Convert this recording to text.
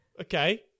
Okay